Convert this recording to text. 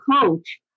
coach